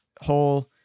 whole